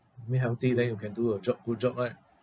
mean healthy then you can do a job good job right